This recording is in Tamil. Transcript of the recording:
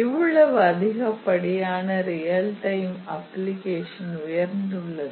இவ்வளவு அதிகப்படியாக ரியல் டைம் அப்ளிகேஷன் உயர்ந்துள்ளது